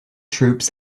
troops